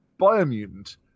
Biomutant